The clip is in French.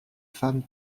femmes